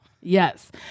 yes